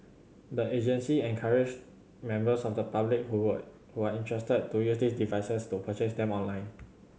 the agency encouraged members of the public who were who are interested to use these devices to purchase them online